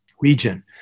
region